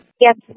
yes